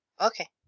Okay